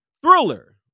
Thriller